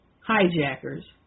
hijackers